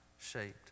shaped